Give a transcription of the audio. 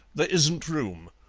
there isn't room.